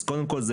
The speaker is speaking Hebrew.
אז קודם כל,